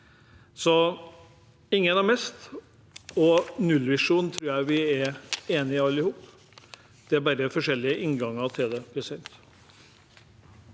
Ingen å miste og nullvisjonen tror jeg vi er enige om alle sammen. Det er bare forskjellige innganger til det.